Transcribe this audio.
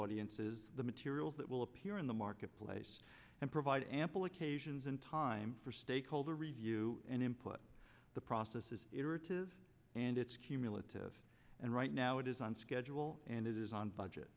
audience is the materials that will appear in the marketplace and provide ample occasions in time for stakeholder review and input the process as it were to and it's cumulative and right now it is on schedule and it is on budget